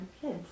kids